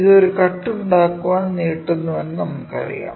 ഇത് ഒരു കട്ട് ഉണ്ടാക്കാൻ നീട്ടുന്നുവെന്ന് നമുക്കറിയാം